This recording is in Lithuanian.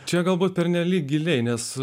čia galbūt pernelyg giliai nes